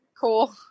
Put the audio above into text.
Cool